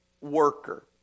worker